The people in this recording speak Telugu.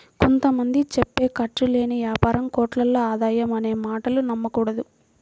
కొంత మంది చెప్పే ఖర్చు లేని యాపారం కోట్లలో ఆదాయం అనే మాటలు నమ్మకూడదు